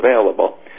available